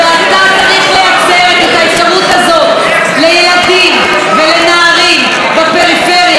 ואתה צריך לייצר את האפשרות הזאת לילדים ולנערים בפריפריה,